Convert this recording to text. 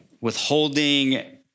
withholding